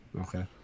Okay